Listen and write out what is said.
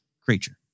creature